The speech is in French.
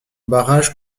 barrage